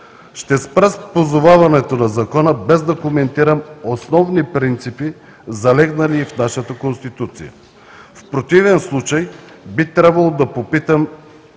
Ще спра с позоваването на закона, без да коментирам основни принципи, залегнали в нашата Конституцията. В противен случай би трябвало да попитам: